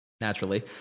Naturally